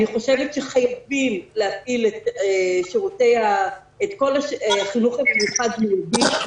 אני חושבת שחייבים להפעיל את כל החינוך המיוחד באופן מידי.